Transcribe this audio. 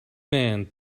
man